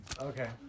Okay